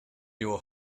your